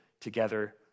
together